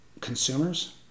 consumers